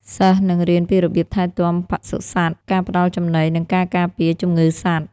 សិស្សនឹងរៀនពីរបៀបថែទាំបសុសត្វ ការផ្តល់ចំណី និងការការពារជំងឺសត្វ។